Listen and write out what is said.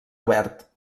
obert